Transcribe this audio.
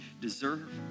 deserve